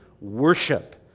worship